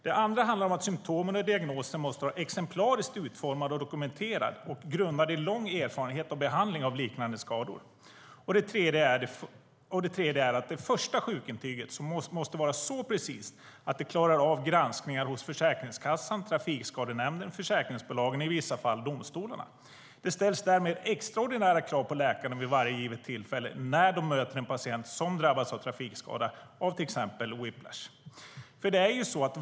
Det andra handlar om symtomen och om att diagnosen måste vara exemplariskt utformad och dokumenterad och grundad på lång erfarenhet av behandling av liknande skador. Det tredje är att det första sjukintyget måste vara så precist att det klarar av granskningar hos Försäkringskassan, Trafikskadenämnden, försäkringsbolagen och i vissa fall domstolarna. Det ställs därmed extraordinära krav på läkarna vid varje givet tillfälle när de möter en patient som har drabbats av trafikskada, till exempel whiplash.